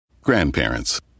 Grandparents